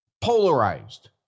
polarized